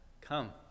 come